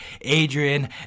Adrian